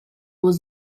was